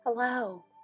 Hello